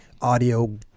audio